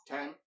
Ten